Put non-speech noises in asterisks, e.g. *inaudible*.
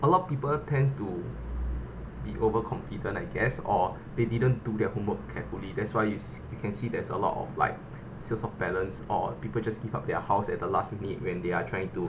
a lot people tends to be over confident I guess or they didn't do their homework carefully that's why you see you can see there's a lot of like sales of balance or people just give up their house at the last minute when they are trying to *breath*